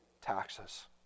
taxes